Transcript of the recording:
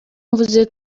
mvuze